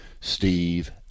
steve